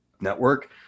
network